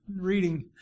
reading